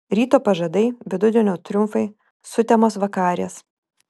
ryto pažadai vidudienio triumfai sutemos vakarės